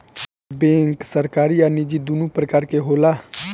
bank सरकारी आ निजी दुनु प्रकार के होला